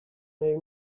may